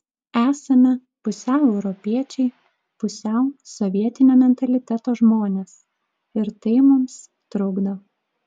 esame pusiau europiečiai pusiau sovietinio mentaliteto žmonės ir tai mums trukdo